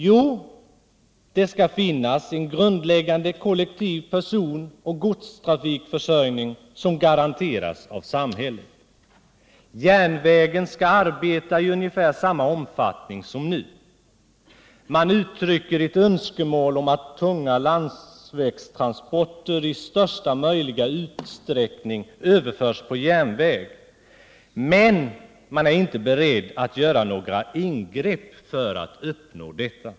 Jo, det skall finnas en grundläggande kollektiv personoch godstrafikförsörjning som garanteras av samhället. Järnvägen skall arbeta i ungefär samma omfattning som nu. Man uttrycker ett önskemål om att tunga landsvägstransporter i största möjliga utsträckning skall överföras till järnväg, men man är inte beredd att göra några ingrepp för att uppnå detta.